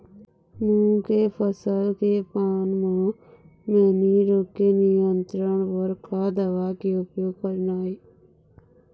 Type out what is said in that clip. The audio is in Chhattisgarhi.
मूंग के फसल के पान म मैनी रोग के नियंत्रण बर का दवा के उपयोग करना ये?